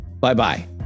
Bye-bye